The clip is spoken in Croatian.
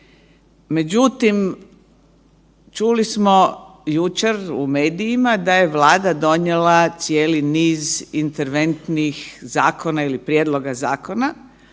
Međutim, čuli smo jučer u medijima da je Vlada donijela cijeli niz interventnih zakona ili prijedloga zakona